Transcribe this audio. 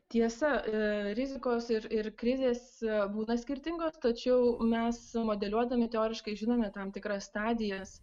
tiesa rizikos ir ir krizės būna skirtingos tačiau mes modeliuodami teoriškai žinome tam tikras stadijas